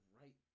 right